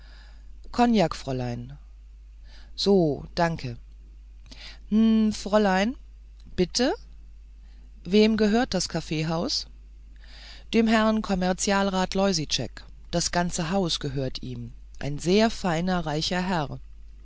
kognak fräulein so danke hm fräulein bitte wem gehört das kaffeehaus dem herrn kommerzialrat loisitschek das ganze haus gehört ihm ein sehr feiner reicher herr